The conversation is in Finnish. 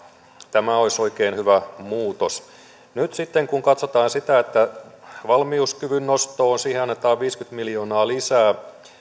tämä olisi oikein hyvä muutos nyt sitten kun katsotaan sitä että valmiuskyvyn nostoon annetaan viisikymmentä miljoonaa lisää